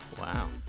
Wow